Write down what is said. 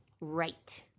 Right